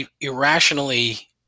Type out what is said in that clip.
Irrationally